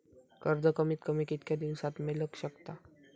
कर्ज कमीत कमी कितक्या दिवसात मेलक शकता?